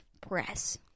press